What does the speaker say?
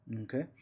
okay